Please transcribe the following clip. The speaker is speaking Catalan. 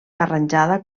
arranjada